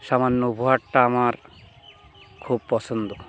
সামান্য উপহারটা আমার খুব পছন্দ